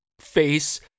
face